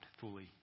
fully